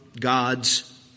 God's